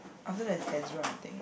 after that ez~ Ezra I think